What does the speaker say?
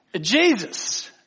Jesus